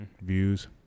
Views